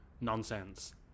nonsense